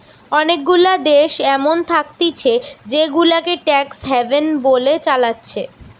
অনেগুলা দেশ এমন থাকতিছে জেগুলাকে ট্যাক্স হ্যাভেন বলে চালাচ্ছে